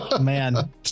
man